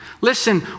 Listen